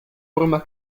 forma